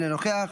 אינו נוכח,